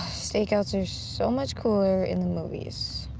stakeouts are so much cooler in the movies.